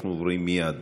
אנחנו עוברים מייד